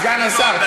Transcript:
סגן השר,